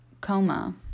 coma